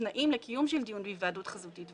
תנאים לקיום של דיון בהיוועדות חזותית.